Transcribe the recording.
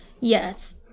Yes